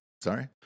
sorry